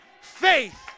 faith